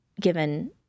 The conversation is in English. given